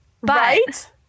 Right